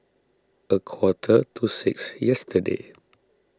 a quarter to six yesterday